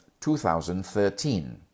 2013